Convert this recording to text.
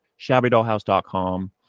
shabbydollhouse.com